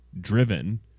driven